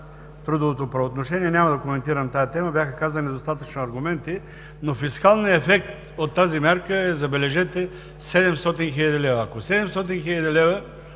трудовото правоотношение. Няма да коментирам тази тема. Бяха казани достатъчно аргументи, но фискалният ефект от тази мярка е, забележете, 700 хил. лв. Ако 700 хил. лв.